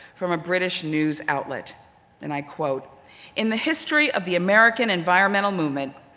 from a british news outlet and i quote in the history of the american environmental movement,